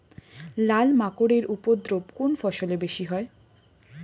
লাল মাকড় এর উপদ্রব কোন ফসলে বেশি হয়?